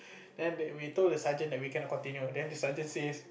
then they we told the sergeant that we cannot continue then the sergeant says